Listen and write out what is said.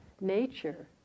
nature